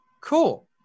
Cool